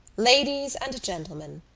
ladies and gentlemen,